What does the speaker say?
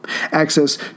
access